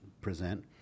present